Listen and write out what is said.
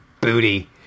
booty